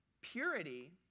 purity